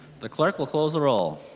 the clerk will close the roll.